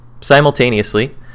Simultaneously